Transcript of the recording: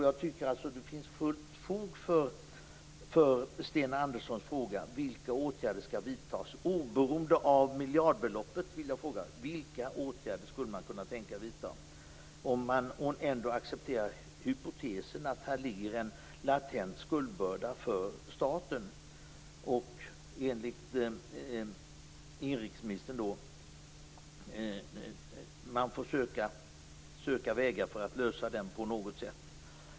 Jag tycker att det finns fullt fog för Sten Anderssons fråga om vilka åtgärder som skall vidtas. Oberoende av miljardbeloppet skulle jag vilja fråga vilka åtgärder man skulle kunna tänka sig att vidta om man ändå accepterar hypotesen att det här ligger en latent skuldbörda för staten. Enligt inrikesministern får man söka vägar för att lösa det problemet på något sätt.